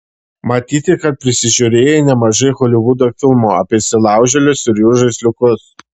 matyti kad prisižiūrėjai nemažai holivudo filmų apie įsilaužėlius ir jų žaisliukus